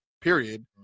period